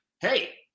hey